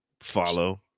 follow